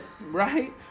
Right